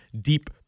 deep